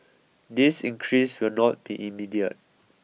this increase will not be immediate